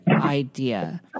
idea